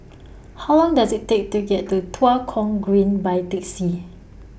How Long Does IT Take to get to Tua Kong Green By Taxi